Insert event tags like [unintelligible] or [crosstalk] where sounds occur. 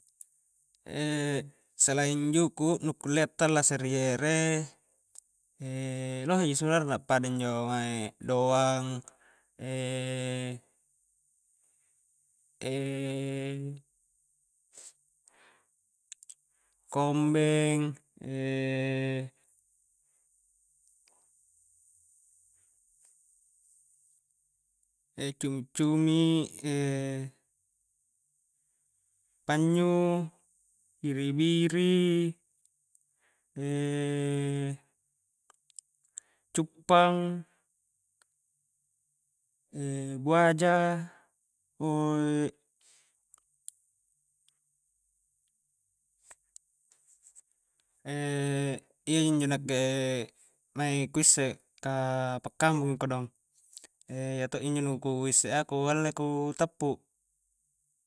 [hesitation] selain juku nu kullea tallasa ri ere, [hesitation] lohe ji sebenarnya pada injo mae doang, [hesitation] [hesitation] kombeng, [hesitation] [hesitation] cumi-cumi, [hesitation] pannyu, biri biri, [hesitation] cuppang, [hesitation] buaja, [hesitation] iyajinjo nakke mae ku isse ka pak [unintelligible] i kodong, [hesitation] iya toji injo nuku isse a ku alle ku tappu